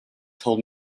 told